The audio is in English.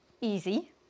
easy